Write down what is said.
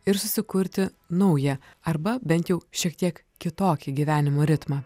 ir susikurti naują arba bent jau šiek tiek kitokį gyvenimo ritmą